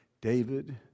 David